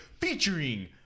featuring